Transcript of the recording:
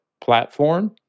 platform